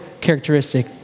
characteristic